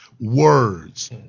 Words